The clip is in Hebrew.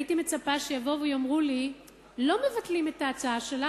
הייתי מצפה שיבואו ויאמרו לי: לא מבטלים את ההצעה שלך,